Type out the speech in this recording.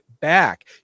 back